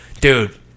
dude